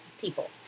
people